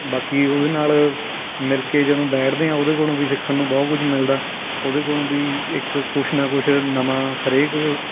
ਬਾਕੀ ਉਹਦੇ ਨਾਲ ਮਿਲ ਕੇ ਜਦੋਂ ਬੈਠਦੇ ਹਾਂ ਉਹਦੇ ਕੋਲੋਂ ਵੀ ਸਿੱਖਣ ਨੂੰ ਬਹੁਤ ਕੁਝ ਮਿਲਦਾ ਉਹਦੇ ਕੋਲੋਂ ਵੀ ਇੱਕ ਕੁਛ ਨਾ ਕੁਛ ਨਵਾਂ ਹਰੇਕ